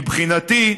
מבחינתי,